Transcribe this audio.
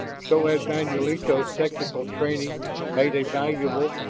so had manulito's technical training made a valuable,